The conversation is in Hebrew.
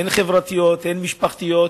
הן חברתיות והן משפחתיות.